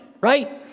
right